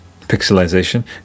pixelization